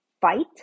fight